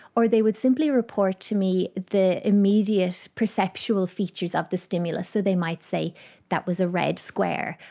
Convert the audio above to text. or they would simply report to me the immediate perceptual features of the stimulus, so they might say that was a red square,